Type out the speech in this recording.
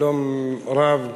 שלום רב לכולם.